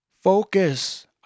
Focus